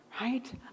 right